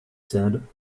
said